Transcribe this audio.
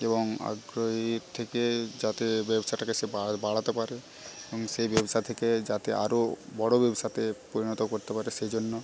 এবং আগ্রহীর থেকে যাতে ব্যবসাটাকে সে বাড়া বাড়াতে পারে সেই ব্যবসা থেকে যাতে আরও বড় ব্যবসাতে পরিণত করতে পারে সেই জন্য